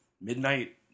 midnight